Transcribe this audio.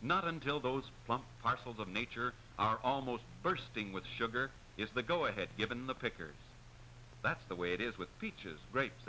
not until those long parcels of nature are almost bursting with sugar is the go ahead given the pickers that's the way it is with peaches rates